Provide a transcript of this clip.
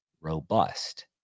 robust